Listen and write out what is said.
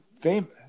Famous